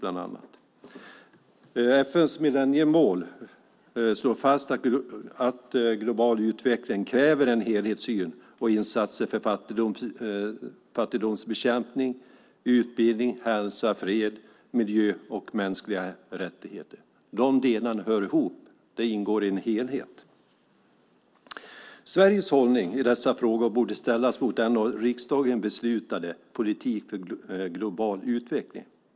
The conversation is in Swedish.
FN:s millenniemål slår fast att global utveckling kräver en helhetssyn och insatser för fattigdomsbekämpning, utbildning, hälsa, fred, miljö och mänskliga rättigheter. De delarna hör ihop och ingår i en helhet. Sveriges hållning i dessa frågor borde ställas mot den av riksdagen beslutade politiken för global utveckling.